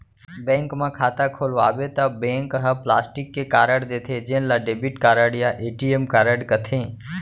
bank म खाता खोलवाबे त बैंक ह प्लास्टिक के कारड देथे जेन ल डेबिट कारड या ए.टी.एम कारड कथें